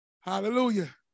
Hallelujah